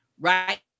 right